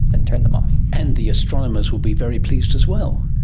then turn them off. and the astronomers will be very pleased as well.